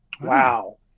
wow